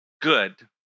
good